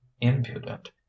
impudent